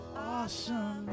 awesome